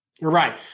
Right